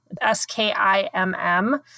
S-K-I-M-M